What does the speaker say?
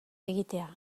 egitea